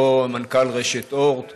אותו מנכ"ל רשת אורט